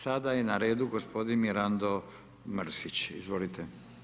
Sada je na redu gospodin Mirando Mrsić, izvolite.